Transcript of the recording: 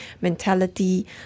mentality